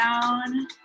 down